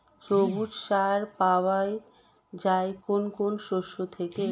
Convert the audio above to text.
সবুজ সার পাওয়া যায় কোন কোন শস্য থেকে?